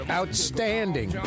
outstanding